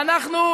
ואנחנו,